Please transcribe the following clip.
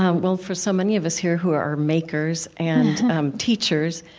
um well, for so many of us here who are are makers, and um teachers,